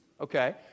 okay